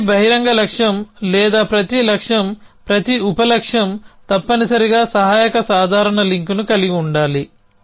ప్రతి బహిరంగ లక్ష్యం లేదా ప్రతి లక్ష్యంప్రతి ఉప లక్ష్యం తప్పనిసరిగా సహాయక సాధారణ లింక్ని కలిగి ఉండాలి